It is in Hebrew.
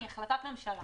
היא החלטת ממשלה.